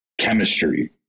chemistry